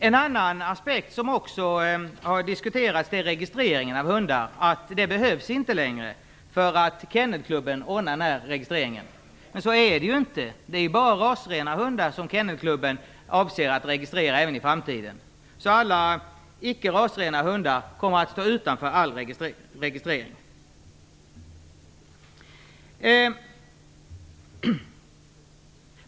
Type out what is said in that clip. En annan aspekt som också diskuterats är registreringen av hundar som inte längre skulle behövas därför att Kennelklubben ordnar den. Så är det inte. Även i framtiden är det ju bara rasrena hundar som Kennelklubben avser att registrera. Alla icke rasrena hundar kommer således att stå utanför all registrering.